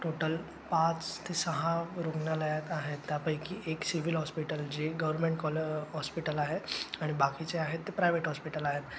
total पाच ते सहा रुग्णालयात आहेत त्यापैकी एक सिविल हॉस्पिटल जे गव्हर्मेंट कॉल हॉस्पिटल आहे आणि बाकीचे आहेत ते प्रायवेट हॉस्पिटल आहेत